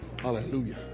Hallelujah